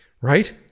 right